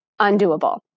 undoable